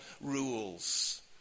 rules